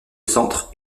centre